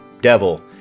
devil